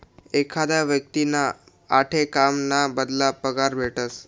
एखादा व्यक्तींना आठे काम ना बदला पगार भेटस